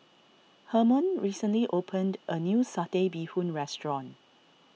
Hermon recently opened a new Satay Bee Hoon restaurant